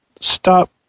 stop